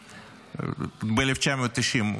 ב-1990.